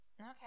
Okay